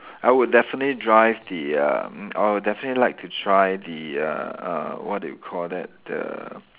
I would definitely drive the uh mm I would definitely like to try the uh uh what do you call that the